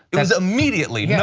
it was immediately. yeah